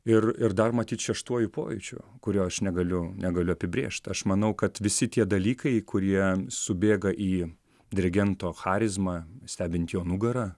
ir ir dar matyt šeštuoju pojūčiu kurio aš negaliu negaliu apibrėžt aš manau kad visi tie dalykai kurie subėga į dirigento charizmą stebint jo nugarą